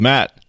Matt